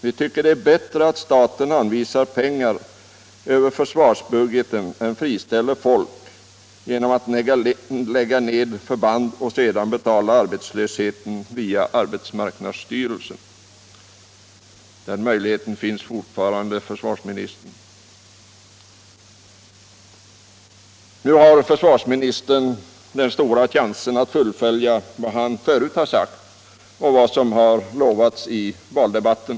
Vi tycker att det är bättre att staten anvisar pengar över försvarsbudgeten än friställer folk genom att lägga ned förband och sedan betalar arbetslösheten via arbetsmarknadsstyrelsen.” Den möjligheten finns fortfarande, herr försvarsminister. Nu har försvarsministern den stora chansen att fullfölja vad han förut har sagt och vad som lovats i valdebatten!